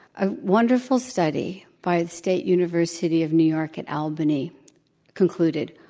a wonderful study by the state university of new york at albany concluded,